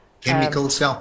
chemicals